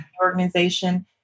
organization